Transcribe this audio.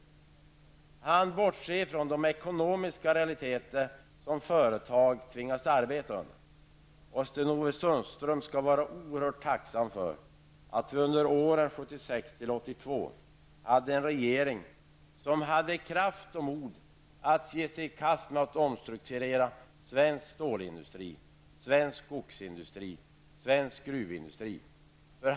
Han bortser ifrån de ekonomiska realiteter som företag tvingas arbeta under. Sten-Ove Sundström skall vara oerhört tacksam för att Sverige under åren 1976--1982 hade en regering som hade kraft och mod att ge sig i kast med att omstrukturera svensk stålindustri, skogsindustri och gruvindustri.